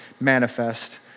manifest